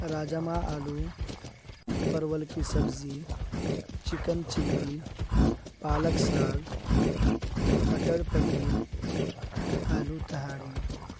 راجامہ آلو پرول کی سبزی چکن چلی پالک ساگ مٹر پنیر آلو تہاری